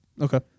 Okay